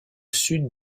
sud